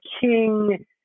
King